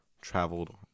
traveled